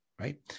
right